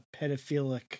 pedophilic